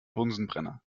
bunsenbrenner